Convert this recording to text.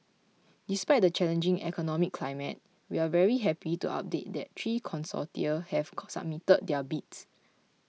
despite the challenging economic climate we're very happy to update that three consortia have submitted their bids